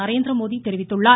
நரேந்திரமோடி தெரிவித்தார்